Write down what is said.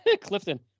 Clifton